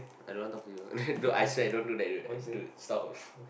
I don't want talk to you no I swear no don't do that so that dude stop